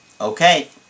okay